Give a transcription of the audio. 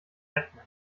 rechnen